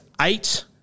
eight